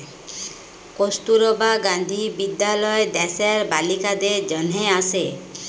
কস্তুরবা গান্ধী বিদ্যালয় দ্যাশের বালিকাদের জনহে আসে